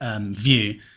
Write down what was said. view